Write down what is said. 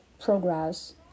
progress